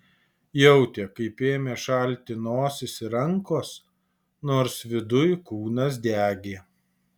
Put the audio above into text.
jautė kaip ėmė šalti nosis ir rankos nors viduj kūnas degė